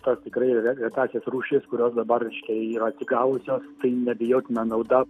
tas tikrai re retąsias rūšis kurios dabar škia yra atsigavusios tai neabejotina nauda